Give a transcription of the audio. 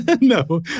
No